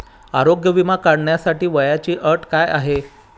आरोग्य विमा काढण्यासाठी वयाची अट काय आहे?